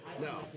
No